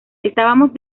estábamos